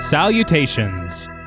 Salutations